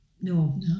No